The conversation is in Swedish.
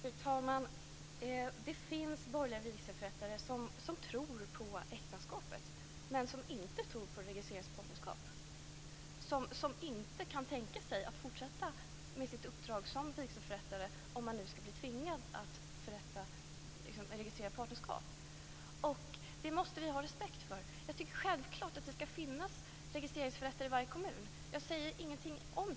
Fru talman! Det finns borgerliga vigselförrättare som tror på äktenskapet men som inte tror på registrering av partnerskap. De kan inte tänka sig att fortsätta med sitt uppdrag som vigselförrättare om de nu ska tvingas att medverka till registrering av partnerskap. Det måste vi ha respekt för. Självfallet ska det finnas registreringsförrättare i varje kommun, det säger jag ingenting om.